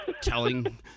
telling